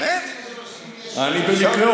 במקרה,